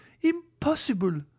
impossible